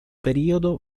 periodo